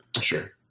Sure